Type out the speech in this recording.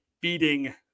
beating